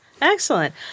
Excellent